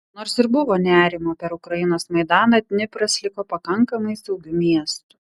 nors ir buvo nerimo per ukrainos maidaną dnipras liko pakankamai saugiu miestu